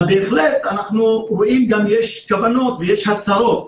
אבל בהחלט אנחנו רואים שגם יש כוונות ויש הצהרות,